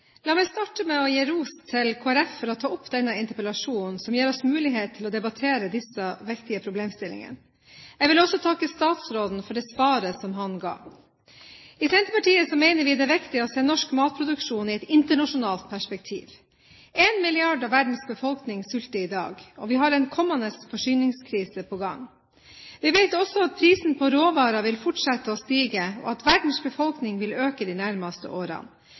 La meg starte med å gi ros til Kristelig Folkeparti for å ta opp denne interpellasjonen som gir oss mulighet til å debattere disse viktige problemstillingene. Jeg vil også takke statsråden for det svaret som han ga. I Senterpartiet mener vi det er viktig å se norsk matproduksjon i et internasjonalt perspektiv. Én milliard av verdens befolkning sulter i dag, og vi har en kommende forsyningskrise på gang. Vi vet også at prisen på råvarer vil fortsette å stige, og at verdens befolkning vil øke de nærmeste årene.